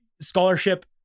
scholarship